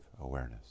awareness